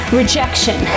rejection